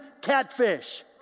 catfish